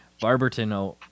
Barberton